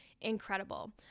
incredible